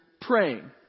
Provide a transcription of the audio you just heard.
praying